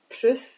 proof